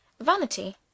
Vanity